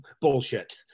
Bullshit